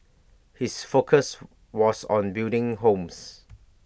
his focus was on building homes